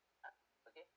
ah okay